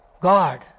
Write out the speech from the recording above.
God